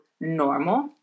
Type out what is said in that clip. normal